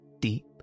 deep